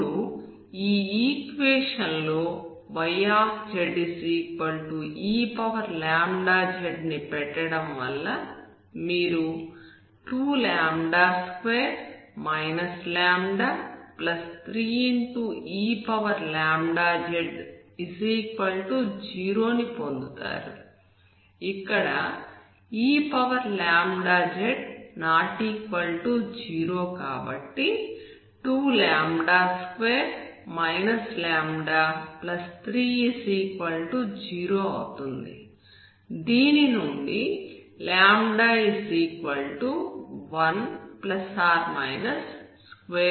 ఇప్పుడు ఈ ఈక్వేషన్ లో yzeλz ని పెట్టడం వల్ల మీరు 22 λ3eλz0 ని పొందుతారు ఇక్కడ eλz≠0 కాబట్టి 22 λ30 అవుతుంది